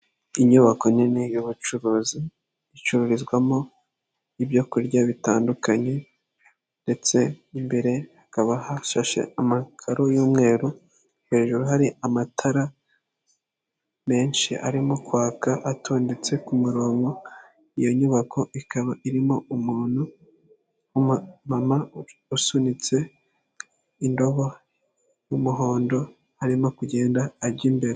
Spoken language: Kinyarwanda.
Inyubako nini y'ubucuruzi icururizwamo ibyo kurya bitandukanye ndetse n'imbere hakaba hashashe amakaro y'umweru, hejuru hari amatara menshi arimo kwaka atondetse ku murongo iyo nyubako ikaba irimo umuntu, umumama usunitse indobo y'umuhondo arimo kugenda ajya imbere.